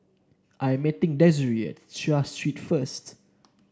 I am meeting Desiree at Seah Street first